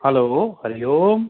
हलो Hari Om